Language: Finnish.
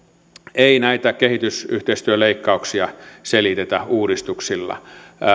ei näitä kehitysyhteistyöleikkauksia selitetä uudistuksilla